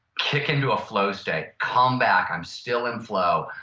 kick into a flow state, come back. i'm still in flow.